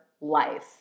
life